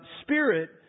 spirit